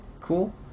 cool